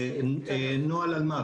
נוהל אלמ"ב,